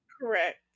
Correct